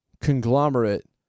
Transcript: conglomerate